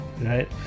right